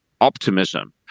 optimism